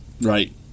Right